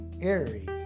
Airy